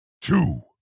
two